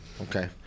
Okay